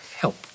help